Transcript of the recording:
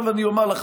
עכשיו אני אומר לך,